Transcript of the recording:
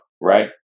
right